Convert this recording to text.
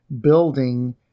building